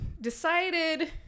decided